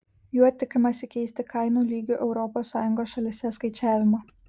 juo tikimasi keisti kainų lygių europos sąjungos šalyse skaičiavimą